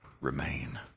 remain